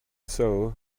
sow